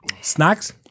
Snacks